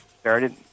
started